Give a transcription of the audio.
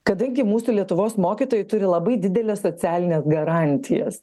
kadangi mūsų lietuvos mokytojai turi labai dideles socialines garantijas